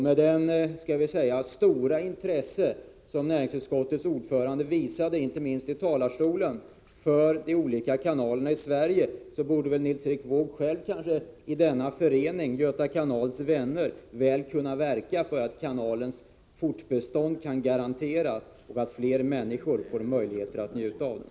Med näringsutskottets ordförandes stora intresse — som han visade inte minst i talarstolen — för de olika kanalerna i Sverige borde han väl i föreningen Göta Kanals Vänner kunna verka för kanalens fortbestånd, så att fler människor kan njuta av den.